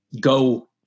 go